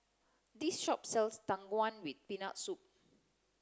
this shop sells Tang Wan with peanut soup